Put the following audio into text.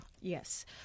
yes